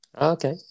Okay